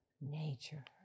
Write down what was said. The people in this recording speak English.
nature